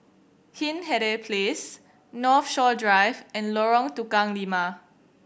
Hindhede Place Northshore Drive and Lorong Tukang Lima